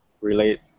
relate